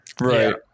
Right